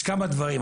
יש כמה דברים.